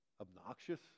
obnoxious